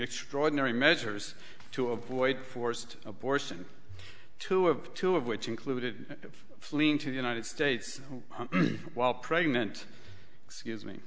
extraordinary measures to avoid forced abortion two of two of which included fleeing to the united states while pregnant excuse me